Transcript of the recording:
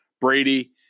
Brady